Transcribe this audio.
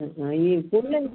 ആ ആ ഇനി ഫുള്ള്